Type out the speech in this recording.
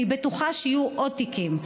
אני בטוחה שיהיו עוד תיקים,